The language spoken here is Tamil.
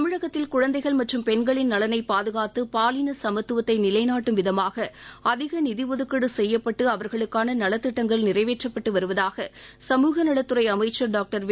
தமிழகத்தில் குழந்தைகள் மற்றும் பெண்களின் நலனைப் பாதுகாத்து பாலின சமத்துவத்தை நிலைநாட்டும் விதமாக அதிக நிதி ஒதுக்கீடு செய்யப்பட்டு அவர்களுக்கான நலத்திட்டங்கள் நிறைவேற்றப்பட்டு வருவதாக சமூகநலத்துறை அமைச்சர் டாக்டர் வெ